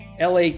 LA